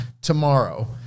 tomorrow